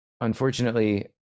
unfortunately